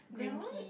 there would